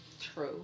true